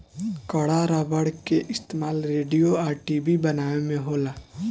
कड़ा रबड़ के इस्तमाल रेडिओ आ टी.वी बनावे में होला